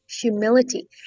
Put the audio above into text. humility